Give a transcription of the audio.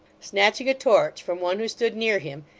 snatching a torch from one who stood near him,